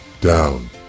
Down